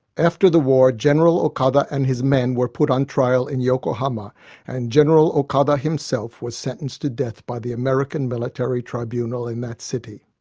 after the war, general okada and his men were put on trial in yokohama and general okada himself was sentenced to death by the american military tribunal in that city.